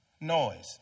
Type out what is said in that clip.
noise